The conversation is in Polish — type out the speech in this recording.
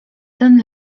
ten